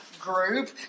group